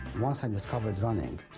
once i discovered running,